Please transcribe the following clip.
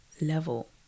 level